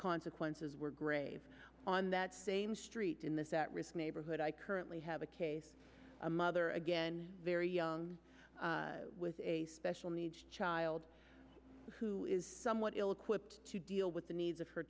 consequences were grave on that same street in this at risk neighborhood i currently have a case a mother again very young with a special needs child who is somewhat ill equipped to deal with the needs of her